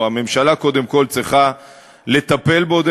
או הממשלה קודם כול צריכה לטפל בו.